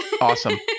awesome